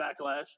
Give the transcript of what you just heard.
backlash